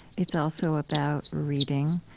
it's also about reading,